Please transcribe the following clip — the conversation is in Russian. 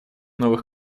новых